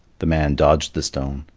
the man dodged the stone,